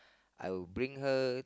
I will bring her